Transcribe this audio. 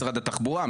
משרד התחבורה,